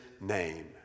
name